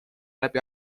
läbi